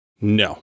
No